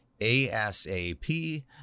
ASAP